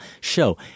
show